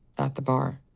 at the bar.